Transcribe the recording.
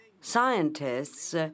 scientists